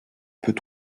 peut